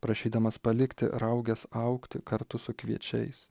prašydamas palikti rauges augti kartu su kviečiais